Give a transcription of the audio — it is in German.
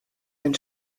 ein